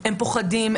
הם פוחדים,